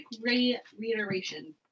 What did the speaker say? reiteration